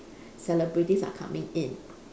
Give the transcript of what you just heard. celebrities are coming in